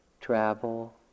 travel